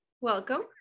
welcome